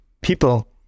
people